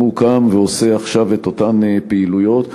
שגם הוא קם ועושה עכשיו את אותן פעילויות.